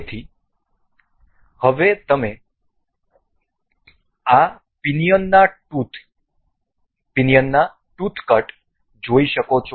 તેથી હવે તમે આ પિનિયનના ટુથ કટ જોઈ શકો છો